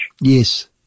Yes